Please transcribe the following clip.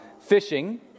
fishing